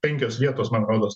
penkios vietos man rodos